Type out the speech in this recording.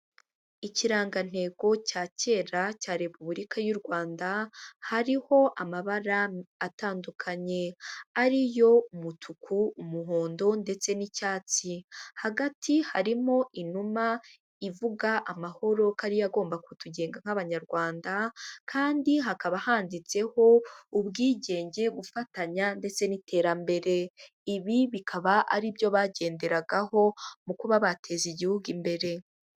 Ikirangantego cya kera cya Repubulika y'u Rwanda, hariho amabara atandukanye ari yo umutuku, umuhondo ndetse n'icyatsi. Hagati harimo inuma ivuga amahoro ko ariyo agomba kutugenga nk'abanyarwanda, kandi hakaba handitseho ubwigenge, gufatanya ndetse n'iterambere, ibi bikaba aribyo bagenderagaho mu kuba bateza igihugu imbere.